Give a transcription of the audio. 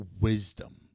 wisdom